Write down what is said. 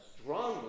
strongly